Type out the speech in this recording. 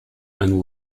and